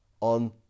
on